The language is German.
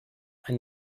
ein